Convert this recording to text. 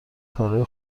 کارهای